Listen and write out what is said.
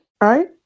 right